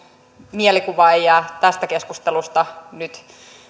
mielikuva ei jää tästä keskustelusta nyt